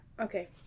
okay